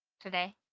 today